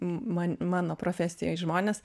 man mano profesijoj žmonės